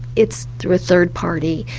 it's through a third party.